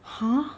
!huh!